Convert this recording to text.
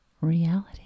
reality